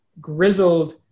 grizzled